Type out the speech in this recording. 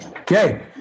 Okay